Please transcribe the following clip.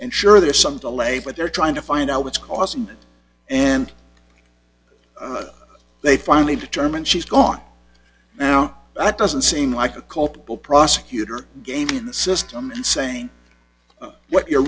and sure there's some delay but they're trying to find out what's causing it and they finally determine she's gone now but doesn't seem like a culpable prosecutor gaming the system and saying what you're